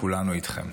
שכולנו, כולנו איתכם.